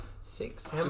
Six